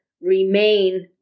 remain